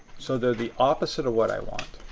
so they're the opposite of what i want,